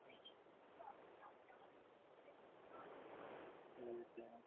कोई नी